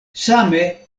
same